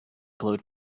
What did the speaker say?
glowed